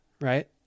right